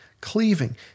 cleaving